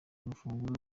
urufunguzo